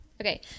Okay